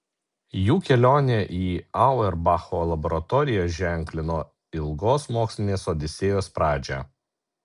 jų kelionė į auerbacho laboratoriją ženklino ilgos mokslinės odisėjos pradžią